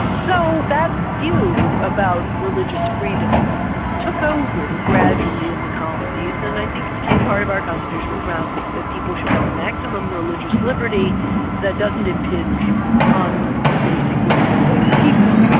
so that view about religious freedom took over gradually in the colonies and i think became part of our constitutional founding, that people should have the maximum religious liberty that doesn't impinge on the basic rights of other people.